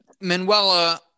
Manuela